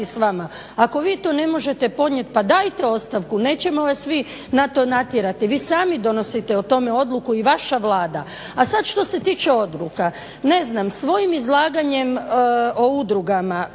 s vama. Ako vi to ne možete podnijeti pa dajte ostavku, nećemo vas mi na to natjerati. Vi sami donosite o tome odluku i vaša Vlada. A sada što se tiče odluka. Ne znam svojim izlaganjem o udrugama